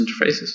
interfaces